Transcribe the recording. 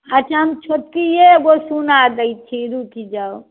अच्छा हम छोटकी एगो सुना दै छी रूकि जाउ